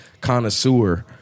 connoisseur